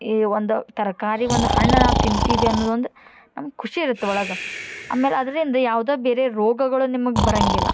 ಈ ಒಂದು ತರಕಾರಿ ಒಂದು ಹಣ್ಣು ನಾವು ತಿಂತೀವಿ ಅನ್ನುದೊಂದು ನಮ್ಗೆ ಖುಷಿ ಇರತ್ತೆ ಒಳಗೆ ಆಮೇಲೆ ಅದರಿಂದ ಯಾವ್ದೇ ಬೇರೆ ರೋಗಗಳು ನಿಮಗೆ ಬರಂಗಿಲ್ಲ